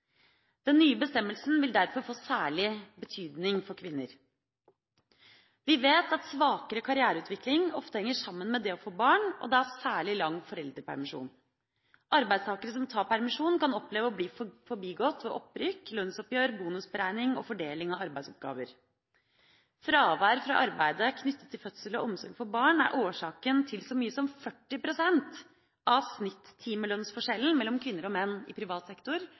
Den nye bestemmelsen vil derfor få særlig betydning for kvinner. Vi vet at svakere karriereutvikling ofte henger sammen med det å få barn, og da særlig lang foreldrepermisjon. Arbeidstakere som tar permisjon, kan oppleve å bli forbigått ved opprykk, lønnsoppgjør, bonusberegning og fordeling av arbeidsoppgaver. Fravær fra arbeidet knyttet til fødsel og omsorg for barn er årsaken til så mye som 40 pst. av snitttimelønnsforskjellen mellom kvinner og menn i privat sektor